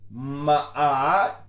Ma'at